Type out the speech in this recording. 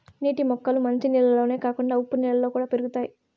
నీటి మొక్కలు మంచి నీళ్ళల్లోనే కాకుండా ఉప్పు నీళ్ళలో కూడా పెరుగుతాయి